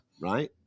right